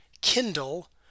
kindle